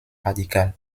radical